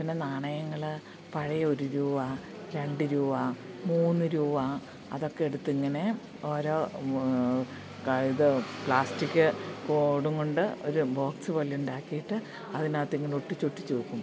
പിന്നെ നാണയങ്ങൾ പഴയ ഒരു രൂപ രണ്ട് രൂപ മൂന്ന് രൂപ അതൊക്കെ എടുത്തിങ്ങനെ ഓരോ ഉവ്വ് ക ഇത് പ്ലാസ്റ്റിക് കോടും കൊണ്ട് ഒരു ബോക്സ് പോലെയുണ്ടാക്കിയിട്ട് അതിനകത്തിങ്ങനെ ഒട്ടിച്ചൊട്ടിച്ചു വെക്കും